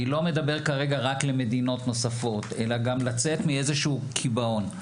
אני לא מדבר כרגע רק על מדינות נוספות אלא גם לצאת מאיזשהו קיבעון.